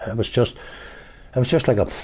and was just, it was just like a,